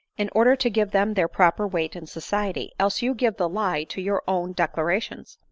in order to give them their proper weight in society, else you give the lie to your own declarations.